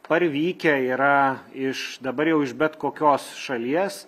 parvykę yra iš dabar jau iš bet kokios šalies